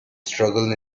struggle